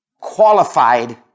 qualified